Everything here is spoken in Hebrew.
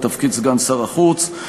לתפקיד סגן שר החוץ,